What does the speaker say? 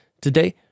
today